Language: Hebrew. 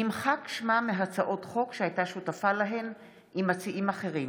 נמחק שמה מהצעות חוק שהייתה שותפה להן עם מציעים אחרים.